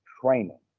training